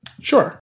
Sure